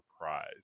prize